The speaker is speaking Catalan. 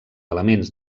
elements